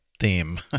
theme